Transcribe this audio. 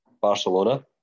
Barcelona